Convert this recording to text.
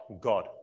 God